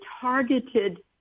targeted